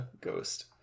ghost